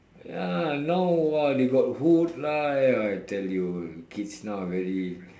ya now what they got hood lah ya I tell you kids now very